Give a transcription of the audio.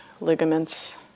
ligaments